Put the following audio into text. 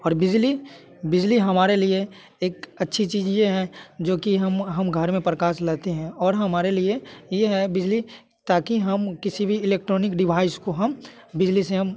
और बिजली बिजली हमारे लिए एक अच्छी चीज ये है जो कि हम हम घर में प्रकाश लेते हैं और हमारे लिए ये है बिजली ताकि हम किसी भी इलेक्ट्रॉनिक डिवाइस को हम बिजली से हम